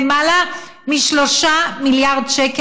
בתקציב הזה היו צריכים להיות למעלה מ-3 מיליארד שקל